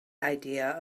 idea